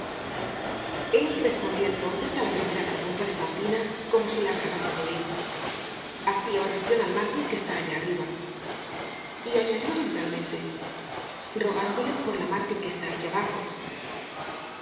el respondió entonces á la primera pregunta de fantina como si la acabase de o ir hacia oracion al mártir que está allá arriba y añadió mentalmente rogándole por la mártir que está aquí abajo